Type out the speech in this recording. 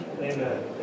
Amen